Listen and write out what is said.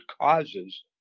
causes